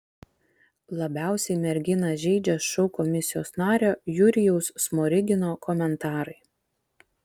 labiausiai merginą žeidžia šou komisijos nario jurijaus smorigino komentarai